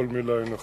כל מלה היא נכונה,